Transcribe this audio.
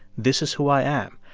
this is who i am.